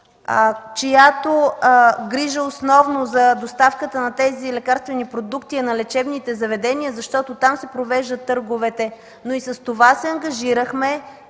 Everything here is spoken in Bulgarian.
чиято грижа основно за доставката на тези лекарствени продукти е на лечебните заведения, защото там се провеждат търговете. Но и с това се ангажирахме